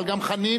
אבל גם חנין.